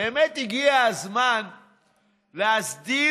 באמת הגיע הזמן להסדיר